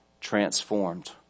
transformed